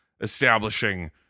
establishing